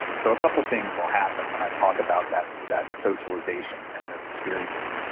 so a couple things will happen when i talk about that that socialization and those experiences.